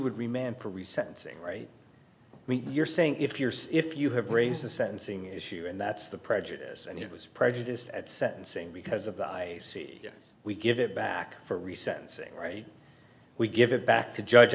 would remain for resetting right you're saying if you're if you have raised the sentencing issue and that's the prejudice and it was prejudiced at sentencing because of the i guess we give it back for re sentencing right we give it back to judge